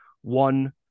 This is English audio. one